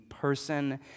person